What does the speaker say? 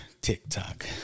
TikTok